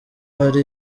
hari